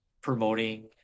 promoting